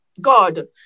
God